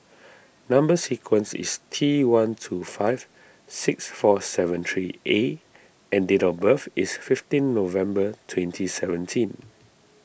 Number Sequence is T one two five six four seven three A and date of birth is fifteen November twenty seventeen